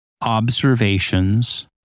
observations